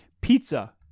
Pizza